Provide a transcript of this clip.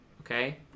okay